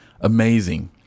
amazing